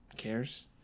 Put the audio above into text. cares